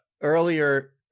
Earlier